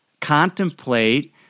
contemplate